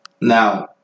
Now